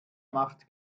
macht